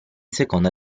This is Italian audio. seconda